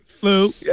Lou